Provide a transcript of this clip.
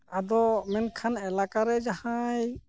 ᱟᱫᱚ ᱢᱮᱱᱠᱷᱟᱱ ᱮᱞᱟᱠᱟ ᱨᱮ ᱡᱟᱦᱟᱸᱭ